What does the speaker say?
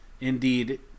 indeed